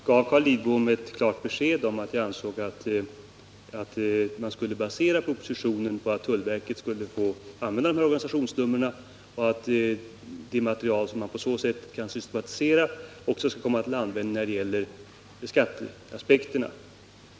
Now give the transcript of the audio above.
Herr talman! Jag gav Carl Lidbom ett klart besked om att jag ansåg att man skulle basera propositionen på att tullverket skall få använda de här organisationsnumren och att det material som man på så sätt kan systematisera också skall komma till användning när det gäller skatteaspekterna.